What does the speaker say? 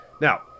Now